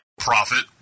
Profit